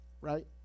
right